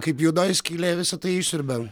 kaip juodoji skylė visą tai išsiurbia